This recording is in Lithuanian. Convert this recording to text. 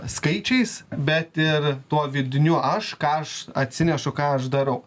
skaičiais bet ir tuo vidiniu aš ką aš atsinešu ką aš darau